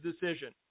decision